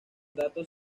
datos